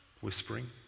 Whispering